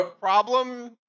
problem